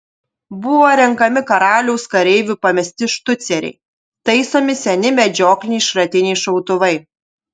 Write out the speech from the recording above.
buvo renkami karaliaus kareivių pamesti štuceriai taisomi seni medžiokliniai šratiniai šautuvai